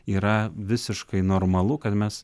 yra visiškai normalu kad mes